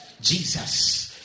Jesus